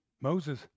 Moses